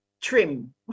trim